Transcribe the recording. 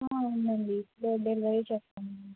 ఉందండి door delivery చేస్తాం